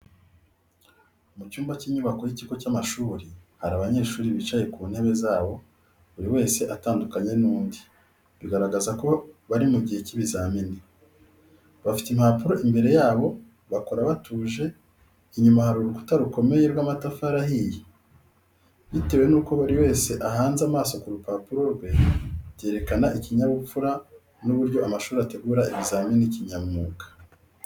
Mu cyumba cy’inyubako y’ikigo cy’amashuri, hari abanyeshuri bicaye ku ntebe zabo, buri wese atandukanye n’undi, bigaragaza ko bari mu gihe cy'ibizamini. Bafite impapuro imbere yabo, bakora batuje, inyuma hari urukuta rukomeye rw'amatafari ahiye. Bitewe n'uko buri wese ahanze amaso ku rupapuro rwe, byerekana ikinyabupfura n’uburyo amashuri ategura ibizamini kinyamwuga.